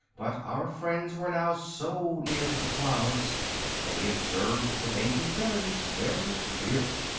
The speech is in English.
but our friends were now so near to the clouds that they observed the dainty fairies very clearly.